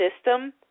system